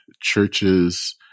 churches